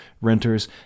renters